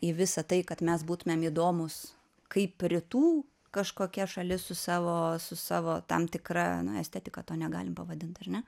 į visą tai kad mes būtumėm įdomūs kaip rytų kažkokia šalis su savo su savo tam tikra na estetika to negalim pavadint ar ne